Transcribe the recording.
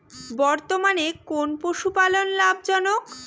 বর্তমানে কোন পশুপালন লাভজনক?